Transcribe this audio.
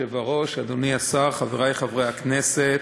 אדוני היושב-ראש, אדוני השר, חברי חברי הכנסת,